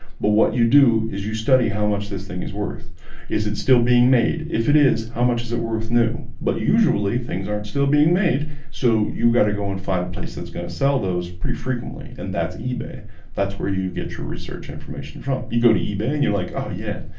but what you do is you study? how much this thing is worth is it still being made if it is how much is it worth new but? usually things aren't still being made so you got to go and find a place. that's gonna sell those pretty frequently and that's ebay ebay that's where you get your research information from you go to ebay, and you're like. oh yeah,